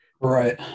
right